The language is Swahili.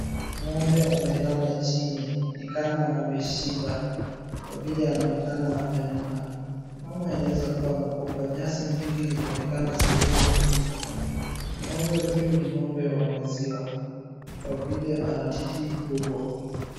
Ngombe amelala chini ni kama ameshiba kwa vile anaonekana amenona, ama inaweza kuwa amekufa. Nyasi mingi inaonekana sehemu hii. Ngombe huyu ni ngombe wa maziwa kwa vile ana titi kubwa.